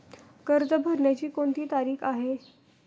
कर्ज भरण्याची कोणती तारीख आहे?